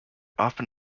often